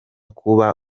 kuba